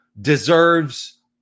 deserves